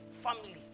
family